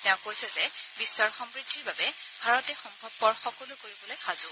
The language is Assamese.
তেওঁ কৈছে যে বিশ্বৰ সমৃদ্ধিৰ বাবে ভাৰতে সম্ভৱপৰ সকলো কৰিবলৈ সাজু